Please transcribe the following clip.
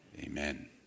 Amen